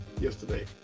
yesterday